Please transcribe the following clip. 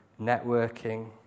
networking